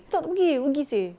tak rugi rugi seh